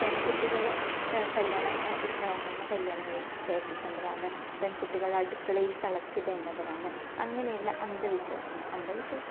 പെൺകുട്ടികൾ കല്ല്യാണ ഒരു പ്രായം കഴിഞ്ഞാൽ കല്ല്യാണം കഴിച്ചയപ്പിക്കേണ്ടതാണ് പെൺകുട്ടികൾ അടുക്കളയിൽ തളച്ചിടേണ്ടവരാണ് അങ്ങനെയുള്ള അന്ധവിശ്വാസങ്ങൾ അന്ധവിശ്വാസ്